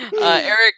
Eric